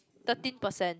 thirteen percent